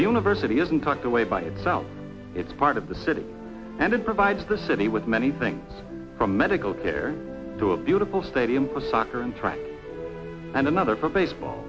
whose university isn't tucked away by itself it's part of the city and it provides the city with many things from medical care to a beautiful stadium for soccer and track and another for baseball